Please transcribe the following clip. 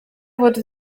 wurde